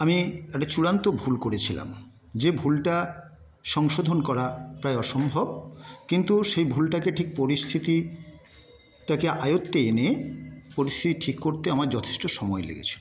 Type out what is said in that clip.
আমি একটা চূড়ান্ত ভুল করেছিলাম যে ভুলটা সংশোধন করা প্রায় অসম্ভব কিন্তু সেই ভুলটাকে ঠিক পরিস্থিতিটাকে আয়ত্তে এনে পরিস্থিতি ঠিক করতে আমার যথেষ্ট সময় লেগেছিল